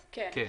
כן.